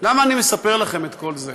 למה אני מספר לכם את כל זה?